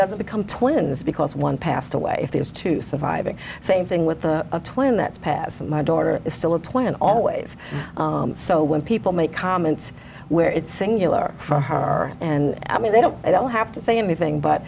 doesn't become twins because one passed away if there's two surviving same thing with the twin that's passed and my daughter is still twenty and always so when people make comments where it's singular for her and i mean they don't they don't have to say anything but